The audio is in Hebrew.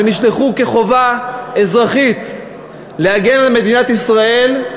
שנשלחו כחובה אזרחית להגן על מדינת ישראל,